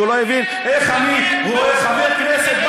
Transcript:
שלא הבין איך אני רואה חבר כנסת,